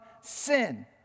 sin